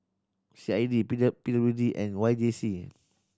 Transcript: C I D P P W D and Y J C